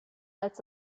als